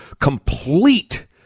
complete